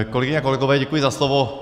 Kolegyně, kolegové, děkuji za slovo.